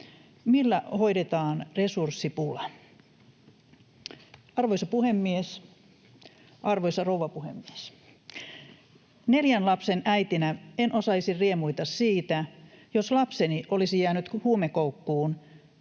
Millä hoidetaan resurssipula? Arvoisa rouva puhemies! Neljän lapsen äitinä en osaisi riemuita siitä, jos lapseni olisi jäänyt huumekoukkuun